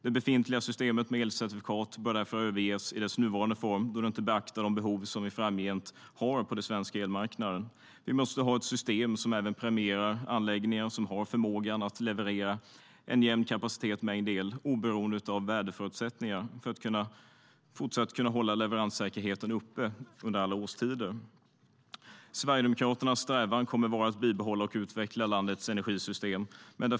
Det befintliga systemet med elcertifikat bör överges i sin nuvarande form då det inte beaktar de behov som vi framgent har på den svenska elmarknaden. Vi måste ha ett system som även premierar anläggningar som har förmågan att leverera en jämn mängd el oberoende av väderförutsättningar för att kunna fortsätta hålla leveranssäkerheten uppe. Sverigedemokraternas strävan kommer att vara att bibehålla och utveckla landets energisystem.